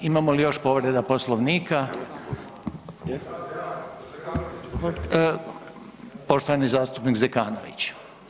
Imamo li još povreda Poslovnika? ... [[Upadica se ne čuje.]] Poštovani zastupnik Zekanović.